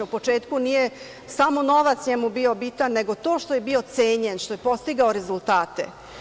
U početku nije samo novac njemu bio bitan, nego to što je bio cenjen, što je postigao rezultate.